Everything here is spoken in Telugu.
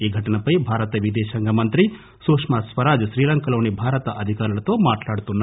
ఈ ఘటనపై భారత విదేశాంగ మంత్రి సుష్మా స్వరాజ్ శ్రీలంకలోని భారత అధికారులతో మాట్లాడుతున్నారు